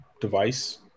device